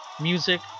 music